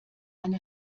eine